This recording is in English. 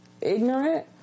ignorant